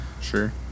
sure